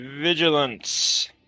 vigilance